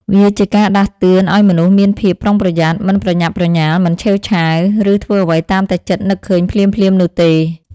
វាជាការដាស់តឿនឱ្យមនុស្សមានភាពប្រុងប្រយ័ត្ន មិនប្រញាប់ប្រញាល់ មិនឆេវឆាវ ឬធ្វើអ្វីតាមតែចិត្តនឹកឃើញភ្លាមៗនោះទេ។